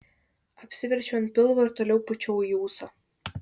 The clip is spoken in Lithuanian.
apsiverčiau ant pilvo ir toliau pūčiau į ūsą